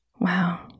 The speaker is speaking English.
Wow